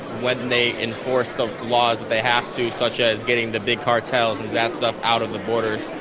when they enforce the laws they have to, such as getting the big cartels and that stuff out of the border,